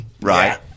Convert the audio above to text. right